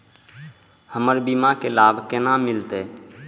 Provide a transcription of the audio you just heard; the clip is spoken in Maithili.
हमर बीमा के लाभ केना मिलते?